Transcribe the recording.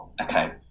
Okay